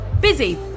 busy